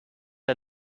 are